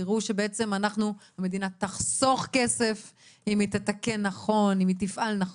תראו שהמדינה תחסוך כסף אם היא תפעל נכון,